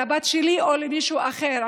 לבת שלי או למישהו אחר,